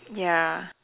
ya